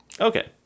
Okay